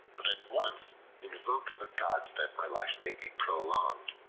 but at once invoke the gods that my life may be prolonged.